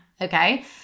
Okay